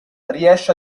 riesce